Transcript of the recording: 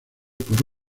por